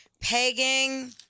Pegging